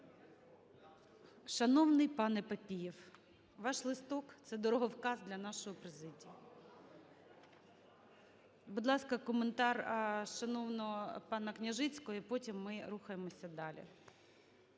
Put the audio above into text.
Шановний панеПапієв, ваш листок – це дороговказ для нашої президії. Будь ласка, коментар шановного панаКняжицького. І потім ми рухаємося далі.